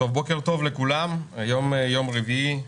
בוקר טוב לכולם, היום יום רביעי,